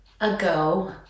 ago